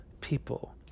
people